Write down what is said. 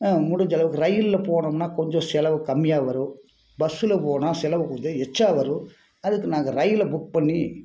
முடிஞ்சளவுக்கு ரயிலில் போனோம்னா கொஞ்சம் செலவு கம்மியாக வரும் பஸ்ஸில் போனால் செலவு கொஞ்சம் எச்சா வரும் அதுக்கு நாங்கள் ரயிலில் புக் பண்ணி